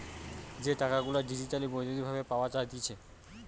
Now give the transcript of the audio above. যে টাকা গুলা ডিজিটালি বৈদ্যুতিক ভাবে পাওয়া যাইতেছে